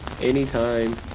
anytime